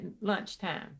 lunchtime